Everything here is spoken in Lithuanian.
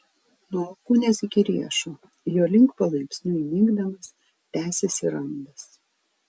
nuo alkūnės iki riešo jo link palaipsniui nykdamas tęsėsi randas